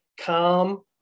calm